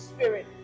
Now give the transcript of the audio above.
Spirit